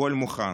הכול מוכן.